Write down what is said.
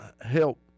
help